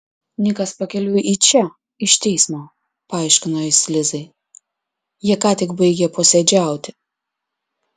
nikas pakeliui į čia iš teismo paaiškino jis lizai jie ką tik baigė posėdžiauti